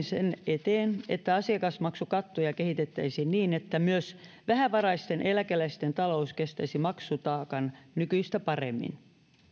sen eteen että asiakasmaksukattoja kehitettäisiin niin että myös vähävaraisten eläkeläisten talous kestäisi maksutaakan nykyistä paremmin